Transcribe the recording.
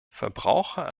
verbraucher